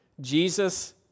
Jesus